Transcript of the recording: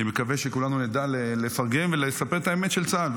אני מקווה שכולנו נדע לפרגן ולספר את האמת של צה"ל.